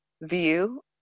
View